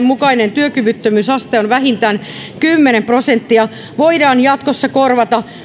mukainen työkyvyttömyysaste on vähintään kymmenen prosenttia voidaan jatkossa korvata